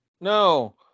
No